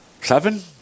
seven